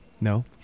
No